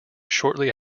shortly